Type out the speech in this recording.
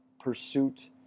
pursuit